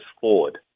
forward